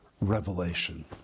revelation